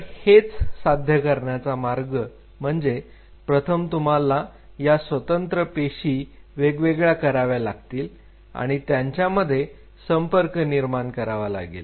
तर हेच साध्य करण्याचा मार्ग म्हणजे प्रथम तुम्हाला या स्वतंत्र पेशी वेगवेगळ्या करावे लागतील आणि त्यांच्यामध्ये संपर्क निर्माण करावा लागेल